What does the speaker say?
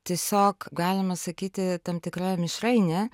tiesiog galima sakyti tam tikra mišrainė